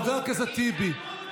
חבר הכנסת טיבי,